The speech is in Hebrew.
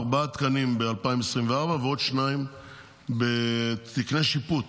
ארבעה תקנים ב-2024, תקני שיפוט,